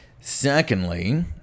Secondly